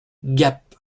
gap